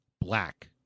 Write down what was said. black